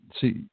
see